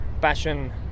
passion